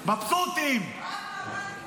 מבסוטים...